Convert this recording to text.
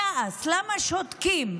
אפילו כעס: למה שותקים?